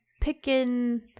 picking